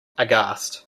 aghast